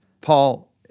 Paul